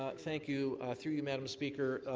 ah thank you, ah through you, madam speaker,